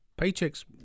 paychecks